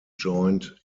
joined